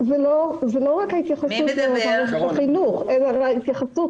זה לא רק ההתייחסות לחינוך אלא ההתייחסות